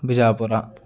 Bijapura